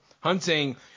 hunting